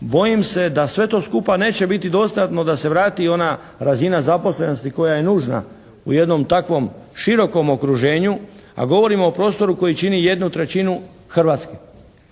bojim se da sve to skupa neće biti dostatno da se vrati i ona razina zaposlenosti koja je nužna u jednom takvom širokom okruženju, a govorimo o prostoru koji čini 1/3 Hrvatske.